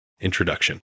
Introduction